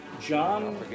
John